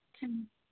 ம்